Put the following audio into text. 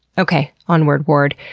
okay. onward, ward.